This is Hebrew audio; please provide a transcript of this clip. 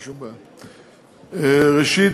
ראשית,